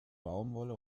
baumwolle